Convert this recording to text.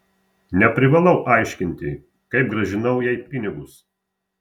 neprivalau aiškinti kaip grąžinau jai pinigus